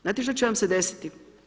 Znate što će vam se desiti?